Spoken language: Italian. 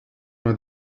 una